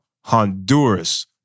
Honduras